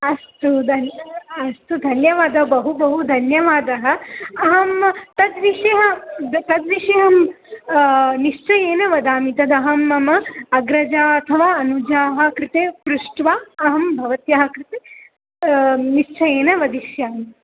अस्तु धनम् अस्तु धन्यवादः बहु बहु धन्यवादः अहं तद्विषयः द तद्विषये अहं निश्चयेन वदामि तदहं मम अग्रजा अथवा अनुजाः कृते पृष्ट्वा अहं भवत्याः कृते निश्चयेन वदिष्यामि